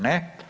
Ne.